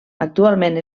actualment